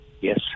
Yes